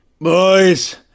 boys